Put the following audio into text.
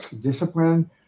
discipline